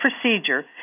procedure